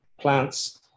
plants